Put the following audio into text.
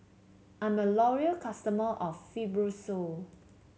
I'm a loyal customer of Fibrosol